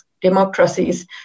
democracies